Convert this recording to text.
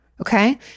okay